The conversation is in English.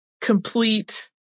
complete